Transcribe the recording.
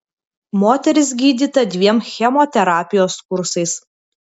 moteris gydyta dviem chemoterapijos kursais